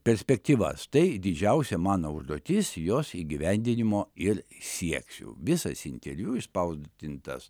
perspektyvas tai didžiausia mano užduotis jos įgyvendinimo ir sieksiu visas interviu išspausdintas